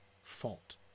fault